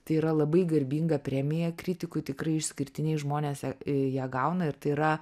tai yra labai garbinga premija kritikui tikrai išskirtiniai žmonės ją ją gauna ir tai yra